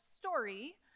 story